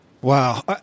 Wow